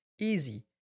Easy